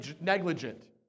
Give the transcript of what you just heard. negligent